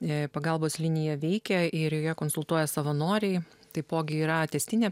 jei pagalbos linija veikia ir joje konsultuoja savanoriai taipogi yra tęstinė